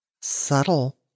Subtle